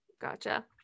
gotcha